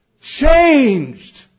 Changed